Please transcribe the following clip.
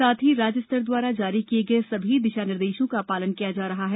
साथ ही राज्य स्तर द्वारा जारी किये गये सभी दिशा निर्देशों का पालन किया जा रहा है